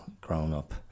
grown-up